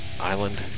Island